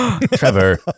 Trevor